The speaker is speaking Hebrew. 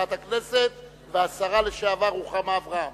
חברת הכנסת והשרה לשעבר רוחמה אברהם.